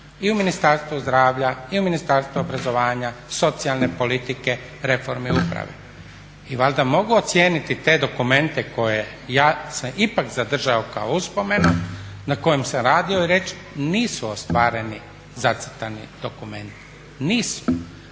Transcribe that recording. I u Ministarstvu zdravlja i u Ministarstvu obrazovanja, socijalne politike, reforme uprave. I valjda mogu ocijeniti te dokumente koje ja sam ipak zadržao kao uspomenu, na kojem sam radio i reći nisu ostvareni zacrtani dokumenti. Nisu.